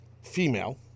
female